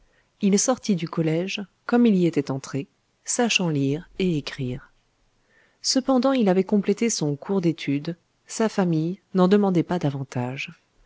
il sortit du collège comme il y était entré sachant lire et écrire cependant il avait complété son cours d'étude sa famille n'en demandait pas davantage